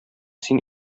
син